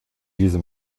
diese